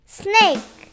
snake